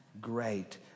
great